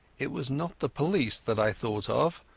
it was not the police that i thought of,